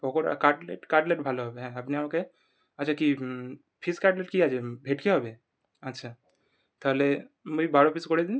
pakora cutlet cutlet ভালো হবে হ্যাঁ আপনি আমাকে আচ্ছা কি ফিস কাটলেট কি আছে ভেটকি হবে আচ্ছা তাহলে ওই বারো পিস করে দিন